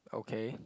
okay